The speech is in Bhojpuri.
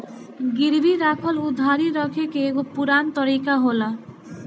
गिरवी राखल उधारी रखे के एगो पुरान तरीका होला